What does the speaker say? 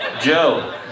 Joe